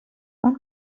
اون